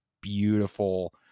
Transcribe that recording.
beautiful